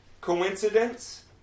Coincidence